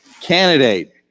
candidate